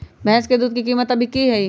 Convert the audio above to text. भैंस के दूध के कीमत अभी की हई?